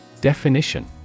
Definition